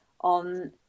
on